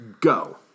go